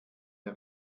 der